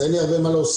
אין לי הרבה מה להוסיף.